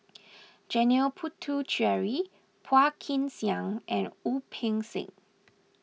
Janil Puthucheary Phua Kin Siang and Wu Peng Seng